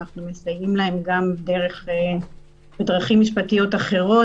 מסייעים להם בדרכים משפטיות אחרות.